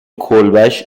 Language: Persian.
کلبش